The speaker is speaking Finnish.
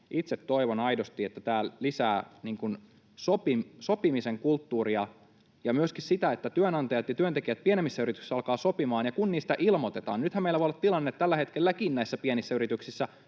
Itse toivon aidosti, että tämä lisää sopimisen kulttuuria ja myöskin sitä, että työnantajat ja työntekijät pienemmissä yrityksissä alkavat sopimaan — ja kun niistä ilmoitetaan. Nythän meillä voi olla tilanne tällä hetkelläkin näissä pienissä yrityksissä